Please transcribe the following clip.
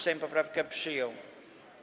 Sejm poprawkę przyjął.